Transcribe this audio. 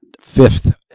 fifth